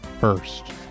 first